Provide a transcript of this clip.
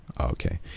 Okay